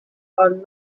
are